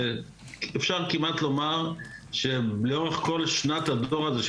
אפשר כמעט לומר שלאורך כל שנת הדור הזה,